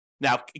Now